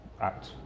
act